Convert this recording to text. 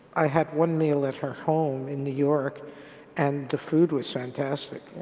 i had one meal at her home in new york and the food was fantastic.